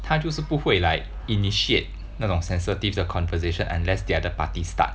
他就是不会 like initiate 那种 sensitive 的 conversation unless the other party start